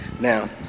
Now